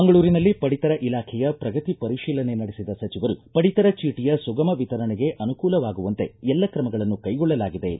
ಮಂಗಳೂರಿನಲ್ಲಿ ಪಡಿತರ ಇಲಾಖೆಯ ಪ್ರಗತಿ ಪರಿತೀಲನೆ ನಡೆಸಿದ ಸಚಿವರು ಪಡಿತರ ಚೀಟಿಯ ಸುಗಮ ವಿತರಣೆಗೆ ಅನುಕೂಲವಾಗುವಂತೆ ಎಲ್ಲ ಕ್ರಮಗಳನ್ನು ಕೈಗೊಳ್ಳಲಾಗಿದೆ ಎಂದರು